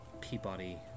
Peabody